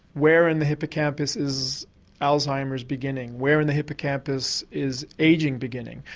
where in the hippocampus is alzheimer's beginning, where in the hippocampus is ageing beginning,